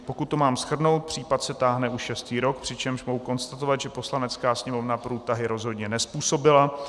Pokud to mám shrnout, případ se táhne už šestý rok, přičemž mohu konstatovat, že Poslanecká sněmovna průtahy rozhodně nezpůsobila.